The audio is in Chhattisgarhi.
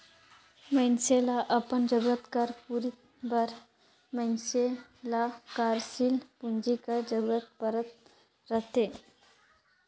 मइनसे ल अपन जरूरत कर पूरति बर मइनसे ल कारसील पूंजी कर जरूरत परत रहथे